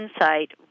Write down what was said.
insight